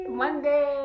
monday